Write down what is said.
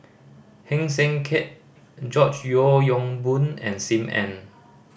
Heng Swee Keat George Yeo Yong Boon and Sim Ann